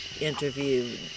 interview